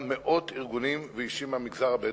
מאות ארגונים ואישים מהמגזר הבדואי,